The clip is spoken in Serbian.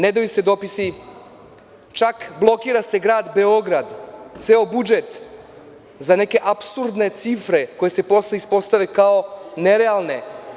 Ne daju se dopisi, čak blokira se grad Beograd, ceo budžet za neke apsurdne cifre koje se posle ispostave kao nerealne.